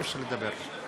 אי-אפשר לדבר.